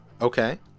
okay